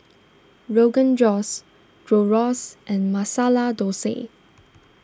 Rogan Josh Gyros and Masala Dosa